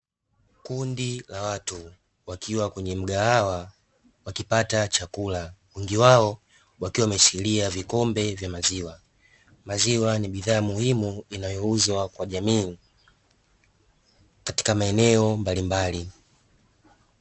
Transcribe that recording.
Kundi la watu wakiwa kwenye mgahawa wakipata chakula, wengi wao wakiwa wameshikilia vikombe vya maziwa. Maziwa ni bidhaa muhimu inayouzwa kwa jamii katika maeneo mbalimbali.